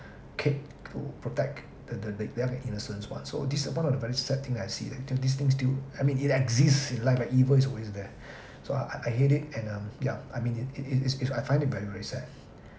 protect the the the innocent one so this one of the very sad things that I see that this things still I mean it exists in life like evil who is there so I I I hate it and um yup I mean it it it is is I find it very very sad